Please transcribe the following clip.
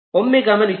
ಒಮ್ಮೆ ಗಮನಿಸಿ